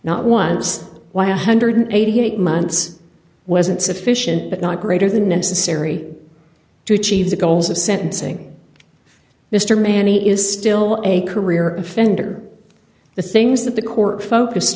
not once why a one hundred and eighty eight months wasn't sufficient but not greater than necessary to achieve the goals of sentencing mr manny is still a career offender the things that the court focused